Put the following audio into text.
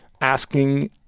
asking